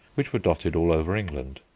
which were dotted all over england.